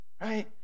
right